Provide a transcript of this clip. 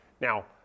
Now